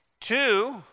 Two